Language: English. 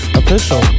official